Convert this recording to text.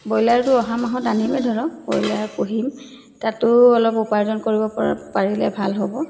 ব্ৰইলাৰটো অহা মাহত আনিমেই ধৰক ব্ৰইলাৰ পুহিম তাতো অলপ উপাৰ্জন কৰিব পৰা পাৰিলে ভাল হ'ব